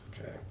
Okay